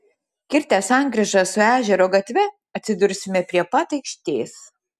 kirtę sankryžą su ežero gatve atsidursime prie pat aikštės